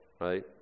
right